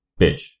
Bitch